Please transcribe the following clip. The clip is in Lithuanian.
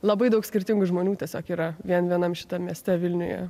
labai daug skirtingų žmonių tiesiog yra vien vienam šitam mieste vilniuje